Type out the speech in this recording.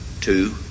Two